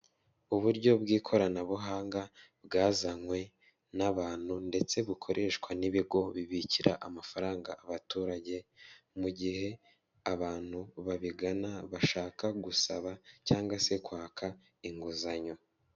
Uburyo bw'ikoranabuhanga bwazanywe n'abantu ndetse bukoreshwa n'ibigo bibikira amafaranga abaturage mu gihe abantu babigana bashaka gusaba cyangwa se kwaka inguzanyo.